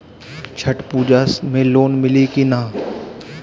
छठ पूजा मे लोन मिली की ना?